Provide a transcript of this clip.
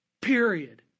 Period